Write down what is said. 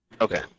Okay